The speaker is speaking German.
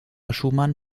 schumann